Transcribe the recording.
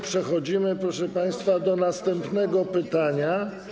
Przechodzimy, proszę państwa, do następnego pytania.